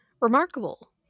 remarkable